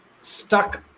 stuck